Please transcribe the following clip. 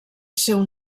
seu